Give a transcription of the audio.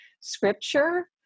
Scripture